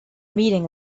meeting